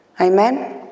Amen